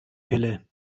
pille